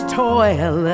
toil